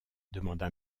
demanda